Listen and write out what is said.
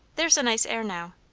there's a nice air now.